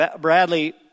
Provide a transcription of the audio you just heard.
Bradley